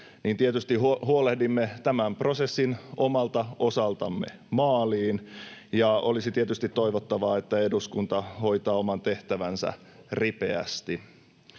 tietysti huolehdimme tämän prosessin omalta osaltamme maaliin, ja olisi tietysti toivottavaa, että eduskunta hoitaa oman tehtävänsä ripeästi.